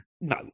No